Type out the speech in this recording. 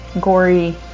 gory